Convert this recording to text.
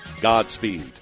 Godspeed